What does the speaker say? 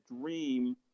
dream